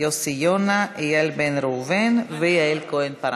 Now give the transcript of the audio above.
יוסי יונה, איל בן ראובן ויעל כהן-פארן.